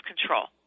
control